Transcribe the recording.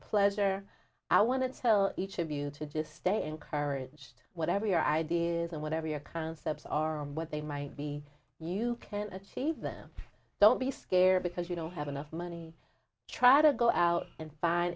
pleasure i wanted to tell each of you to just stay encouraged whatever your ideas and whatever your concepts are and what they might be you can achieve them don't be scared because you don't have enough money try to go out and find